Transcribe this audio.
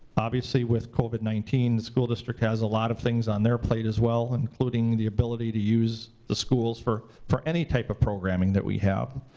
obviously, with covid nineteen, the school district has a lot of things on their plate as well, including the ability to use the schools for for any type of programming that we have.